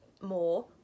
more